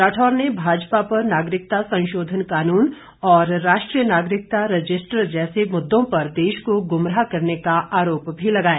राठौर ने भाजपा पर नागरिकता संशोधन कानून और राष्ट्रीय नागरिकता रजिस्टर जैसे मुद्दों पर देश को गुमराह करने का आरोप भी लगाया